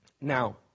Now